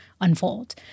unfold